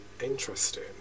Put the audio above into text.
interesting